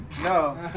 No